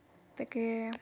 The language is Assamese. তাকে